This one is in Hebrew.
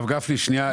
הרב גפני, שנייה, הערה.